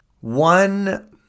one